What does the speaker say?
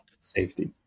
safety